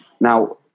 Now